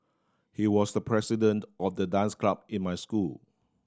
he was the president of the dance club in my school